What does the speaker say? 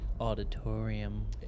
Auditorium